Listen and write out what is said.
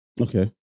Okay